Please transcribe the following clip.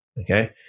Okay